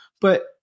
But-